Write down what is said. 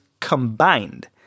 combined